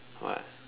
what